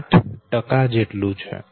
8 છે